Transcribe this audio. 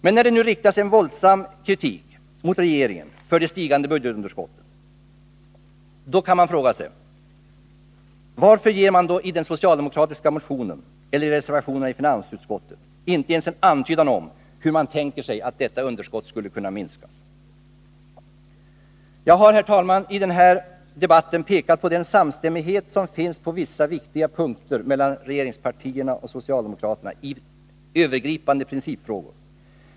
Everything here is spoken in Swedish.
Men när det nu riktas en våldsam kritik mot regeringen för det stigande budgetunderskottet kan man fråga: Varför ger man i den socialdemokratiska motionen eller i reservationerna vid finansutskottets betänkande inte ens en antydan om hur man tänker sig att detta underskott skulle kunna minskas? Jag har, herr talman, i denna debatt pekat på den samstämmighet som finns på vissa viktiga punkter mellan regeringspartierna och socialdemokraterna i övergripande principfrågor.